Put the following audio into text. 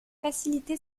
facilité